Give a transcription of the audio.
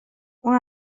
اون